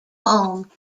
home